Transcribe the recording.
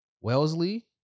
Wellesley